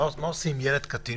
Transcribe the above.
מה עושים עם קטין